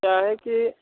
क्या है कि